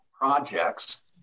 projects